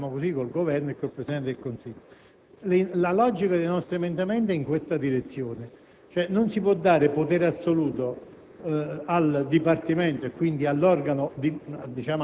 rispetto alle esigenze che i due Servizi operativi devono avere con il Governo e con il Presidente del Consiglio. La logica dei nostri emendamenti è in questa direzione: